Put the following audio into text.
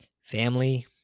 Family